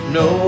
no